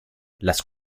las